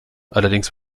allerdings